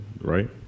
right